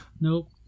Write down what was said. nope